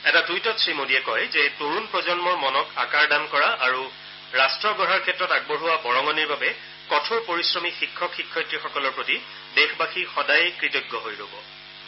এটা টুইটত শ্ৰীমোদীয়ে কয় যে তৰুণ প্ৰজন্মৰ মনক আকাৰ দান কৰা আৰু ৰাট্ট গঢ়াৰ ক্ষেত্ৰত আগবঢ়োৱা বৰঙণিৰ বাবে কঠোৰ পৰিশ্ৰমী শিক্ষক শিক্ষয়িত্ৰীসকলৰ প্ৰতি দেশবাসী সদায়ে কৃতজ্ঞ হৈ ৰ'ব